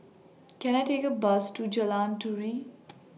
Can I Take A Bus to Jalan Turi